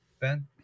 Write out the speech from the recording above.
Ben